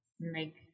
make